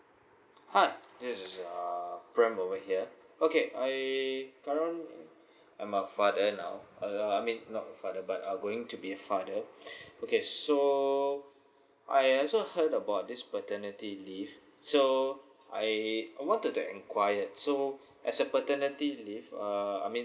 hi this is uh prem over here okay I I current I'm a father now uh I mean not a father but uh going to be a father okay so I I also heard about this paternity leave so I wanted to enquiry so as a paternity leave uh I mean